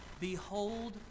behold